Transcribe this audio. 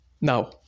Now